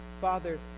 Father